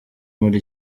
muri